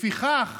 לפיכך